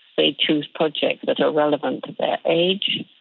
they choose projects that are relevant to their age,